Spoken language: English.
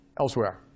elsewhere